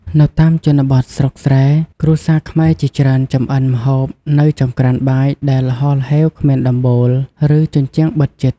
នៅតាមជនបទស្រុកស្រែ គ្រួសារខ្មែរជាច្រើនចម្អិនម្ហូបនៅចង្ក្រានបាយដែលល្ហល្ហេវគ្មានដំបូល ឬជញ្ជាំងបិទជិត។